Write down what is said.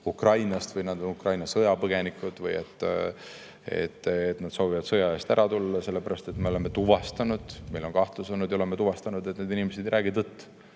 Ukrainast või Ukraina sõjapõgenikud või et nad soovivad sõja eest ära tulla, sest me oleme tuvastanud, meil on olnud kahtlus ja oleme tuvastanud, et need inimesed ei räägi tõtt.